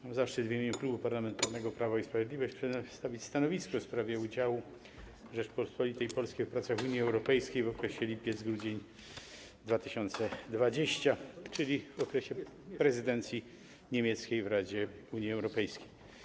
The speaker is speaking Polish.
Mam zaszczyt przedstawić w imieniu Klubu Parlamentarnego Prawo i Sprawiedliwość stanowisko w sprawie udziału Rzeczypospolitej Polskiej w pracach Unii Europejskiej w okresie lipiec-grudzień 2020 r., czyli w okresie prezydencji niemieckiej w Radzie Unii Europejskiej.